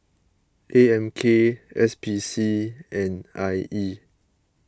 A M K S P C and I E